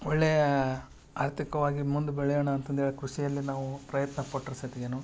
ಒಳ್ಳೆಯ ಆರ್ಥಿಕವಾಗಿ ಮುಂದು ಬೆಳೆಯೋಣ ಅಂತಂದು ಹೇಳಿ ಕೃಷಿಯಲ್ಲಿ ನಾವು ಪ್ರಯತ್ನ ಪಟ್ಟರೂ ಸತ್ಗೆನು